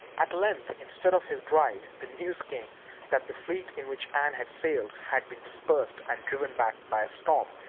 at length, instead of his bride, the news came that the fleet in which anne had sailed had been dispersed and driven back by a storm,